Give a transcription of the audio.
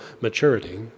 maturity